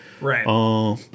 Right